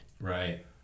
Right